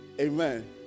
Amen